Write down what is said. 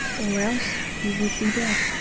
or els he would be dead.